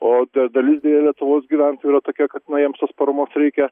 o ta dalis lietuvos gyventojų yra tokia kad na jiems tos paramos reikia